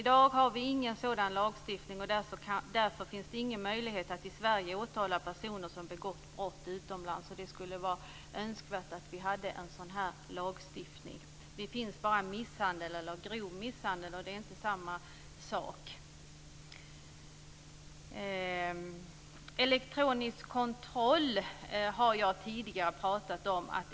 I dag har vi ingen sådan lagstiftning, och därför finns det ingen möjlighet att i Sverige åtala personer som begått brott utomlands. Det skulle vara önskvärt att vi hade en sådan här lagstiftning. Det finns bara lagstiftning om misshandel eller grov misshandel, och det är inte samma sak. Elektronisk kontroll har jag tidigare pratat om.